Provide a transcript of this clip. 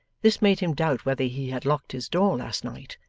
this made him doubt whether he had locked his door last night,